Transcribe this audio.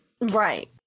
Right